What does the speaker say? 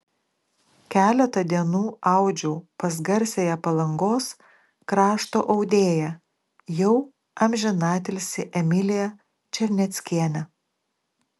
keletą dienų audžiau pas garsiąją palangos krašto audėją jau amžinatilsį emiliją černeckienę